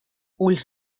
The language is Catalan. ulls